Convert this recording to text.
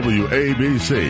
wabc